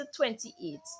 28